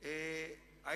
מכובדי סגן ראש הממשלה,